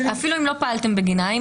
אפילו אם לא פעלתם בגינה.